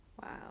Wow